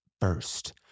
first